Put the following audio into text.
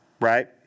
right